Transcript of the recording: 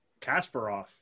kasparov